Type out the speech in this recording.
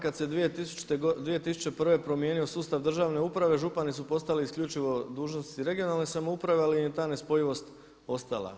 Kad se 2001. promijenio sustav državne uprave župani su postali isključivo dužnosnici regionalne samouprave ali im je ta nespojivost ostala.